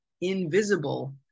invisible